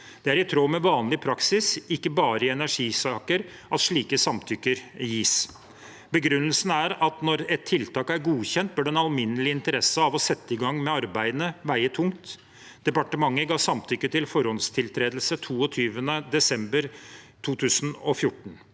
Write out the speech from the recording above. Det er i tråd med vanlig praksis, ikke bare i energisaker, at slikt samtykke gis. Begrunnelsen er at når et tiltak er godkjent, bør den alminnelige interesse av å sette i gang med arbeidene veie tungt. Departementet ga samtykke til forhåndstiltredelse 22. desember 2014.